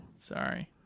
Sorry